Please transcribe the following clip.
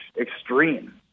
extreme